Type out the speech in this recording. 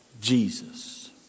Jesus